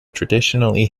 traditionally